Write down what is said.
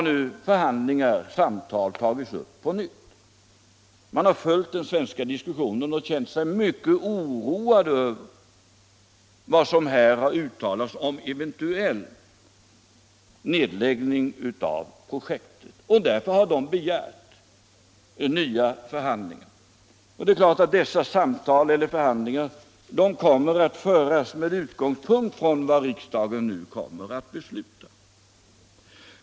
Klöckners har följt den svenska diskussionen och känt sig mycket oroade över vad som här uttalats om en eventuell nedläggning av projektet. Därför har man begärt nya förhandlingar. Det är klart att dessa samtal eller förhandlingar kommer att föras med utgångspunkt i vad riksdagen nu kommer att besluta.